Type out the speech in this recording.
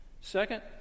Second